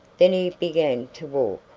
then he began to walk.